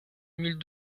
mille